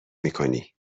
میکنی